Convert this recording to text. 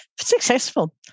successful